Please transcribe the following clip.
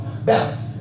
Balance